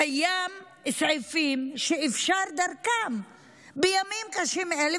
קיימים סעיפים שאפשר בימים קשים אלה